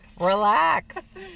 Relax